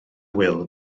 wil